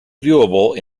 viewable